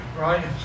right